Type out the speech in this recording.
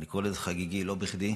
אני קורא לזה חגיגי לא בכדי,